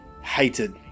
hated